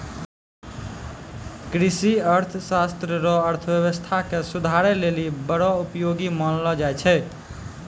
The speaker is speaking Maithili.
कृषि अर्थशास्त्र रो अर्थव्यवस्था के सुधारै लेली बड़ो उपयोगी मानलो जाय छै